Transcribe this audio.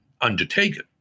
Undertaken